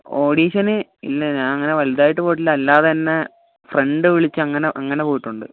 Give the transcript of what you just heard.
ഓഡീഷന് ഇല്ല ഞാൻ അങ്ങനെ വലുതായിട്ട് പോയിട്ടില്ല അല്ലാതെ എന്നെ ഫ്രണ്ട് വിളിച്ചു അങ്ങനെയാണ് അങ്ങനെ പോയിട്ടുണ്ട്